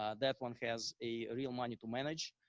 ah that one has a real money to manage